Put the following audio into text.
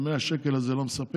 ה-100 שקל האלה לא מספקים.